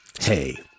Hey